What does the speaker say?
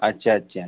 अच्छा अच्छा अच्छा